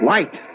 Light